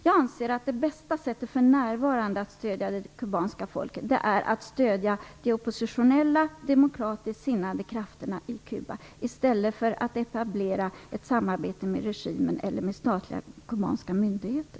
Jag anser att det bästa sättet att för närvarande stödja det kubanska folket är att stödja de oppositionella demokratiskt sinnade krafterna i Kuba i stället för att etablera ett samarbete med regimen eller med statliga kubanska myndigheter.